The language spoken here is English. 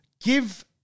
give